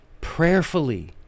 prayerfully